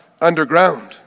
underground